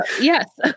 Yes